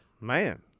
Man